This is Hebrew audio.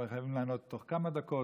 כבר חייבים לענות תוך כמה דקות.